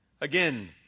Again